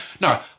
No